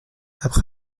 après